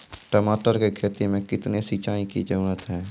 टमाटर की खेती मे कितने सिंचाई की जरूरत हैं?